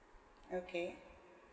okay